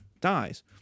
dies